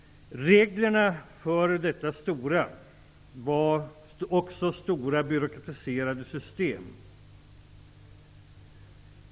Reglerna för detta stora var också stora byråkratiserade system.